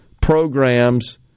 programs